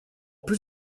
plus